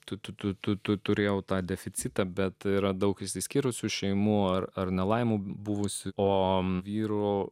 tu tu tu tu tu turėjau tą deficitą bet yra daug išsiskyrusių šeimų ar ar nelaimė buvusi o vyro